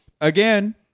again